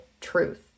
truth